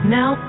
Now